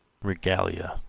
regalia,